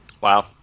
Wow